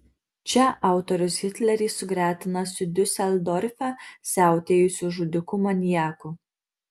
čia autorius hitlerį sugretina su diuseldorfe siautėjusiu žudiku maniaku